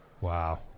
Wow